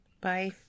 Bye